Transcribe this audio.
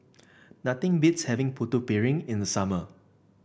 nothing beats having Putu Piring in the summer